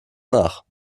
nach